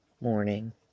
Morning